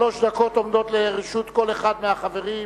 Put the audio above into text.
שלוש דקות עומדות לרשות כל אחד מהחברים.